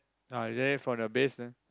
ah then from the base then